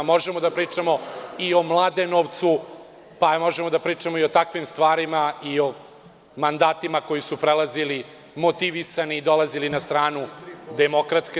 Možemo da pričamo i o Mladenovcu, možemo da pričamo i o takvim stvarima, možemo da pričamo i o mandatima koji su prelazili motivisani i dolazili na stranu DS.